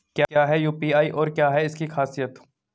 क्या है यू.पी.आई और क्या है इसकी खासियत?